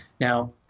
Now